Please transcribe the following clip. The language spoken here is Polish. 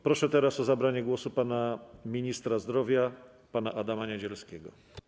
Proszę teraz o zabranie głosu ministra zdrowia pana Adama Niedzielskiego.